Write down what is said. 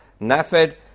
NAFED